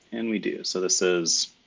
and we do, so this is